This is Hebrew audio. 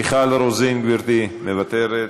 מיכל רוזין, גברתי, מוותרת,